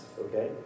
okay